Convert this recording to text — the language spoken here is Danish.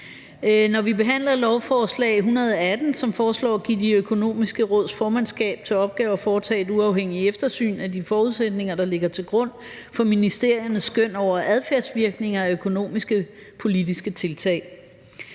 Vi behandler lovforslag L 118, som foreslår at give Det Økonomiske Råds formandskab til opgave at foretage et uafhængigt eftersyn af de forudsætninger, der ligger til grund for ministeriernes skøn over adfærdsvirkninger af økonomiske politiske tiltag.